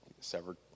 severed